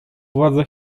władze